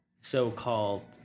so-called